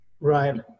Right